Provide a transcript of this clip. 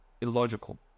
illogical